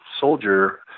soldier